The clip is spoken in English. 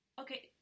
Okay